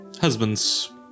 husband's